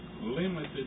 limited